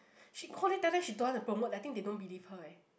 she call it die die she don't want to promote I think they don't believe her eh